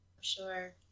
sure